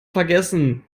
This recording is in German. vergessen